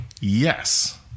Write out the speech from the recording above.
Yes